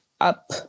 up